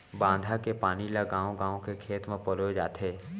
बांधा के पानी ल गाँव गाँव के खेत म पलोए जाथे